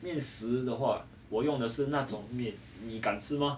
面食的话我用的是那种面你敢吃吗